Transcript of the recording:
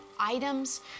items